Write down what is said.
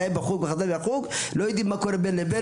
הלך לחוג וחזר מהחוג הם לא יודעים מה קורה בין לבין,